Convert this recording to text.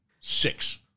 Six